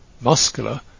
muscular